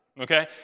okay